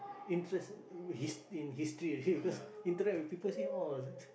interest His~ in History because interact with people see all